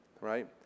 right